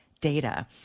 data